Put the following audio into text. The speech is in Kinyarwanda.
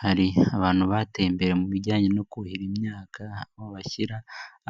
Hari abantu bateye imbere mu bijyanye no kuhira imyaka. Aho bashyira